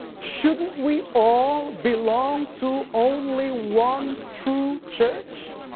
shouldn't we all belong to only one true church?